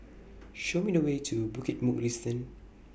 Show Me The Way to Bukit Mugliston